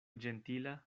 ĝentila